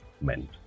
meant